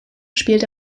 spielt